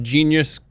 Genius